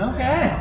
Okay